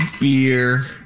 beer